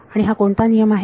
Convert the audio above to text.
आणि हा कोणता नियम आहे